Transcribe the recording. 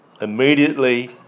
Immediately